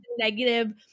negative